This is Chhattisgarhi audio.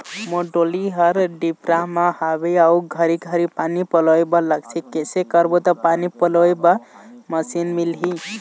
मोर डोली हर डिपरा म हावे अऊ घरी घरी पानी पलोए बर लगथे कैसे करबो त पानी पलोए बर मशीन मिलही?